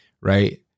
right